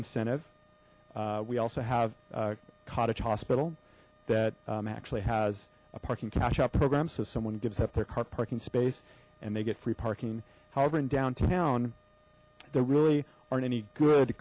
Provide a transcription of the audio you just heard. incentive we also have a cottage hospital that actually has a parking cash out program so someone gives up their car parking space and they get free parking however in downtown there really aren't any good